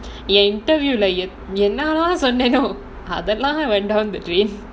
என்:en interview lah சொன்னேனோ அதெல்லாம்:sonnaeno adhellaam went down the drain